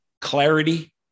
clarity